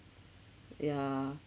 yeah